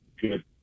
good